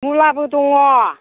मुलाबो दङ